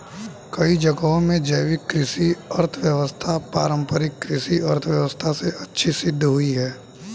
कई जगहों में जैविक कृषि अर्थव्यवस्था पारम्परिक कृषि अर्थव्यवस्था से अच्छी सिद्ध हुई है